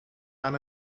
aan